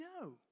No